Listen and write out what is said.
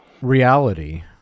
reality